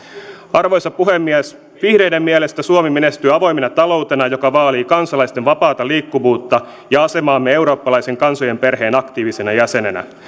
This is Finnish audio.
arvoisa puhemies vihreiden mielestä suomi menestyy avoimena taloutena joka vaalii kansalaisten vapaata liikkuvuutta ja asemaamme eurooppalaisen kansojen perheen aktiivisena jäsenenä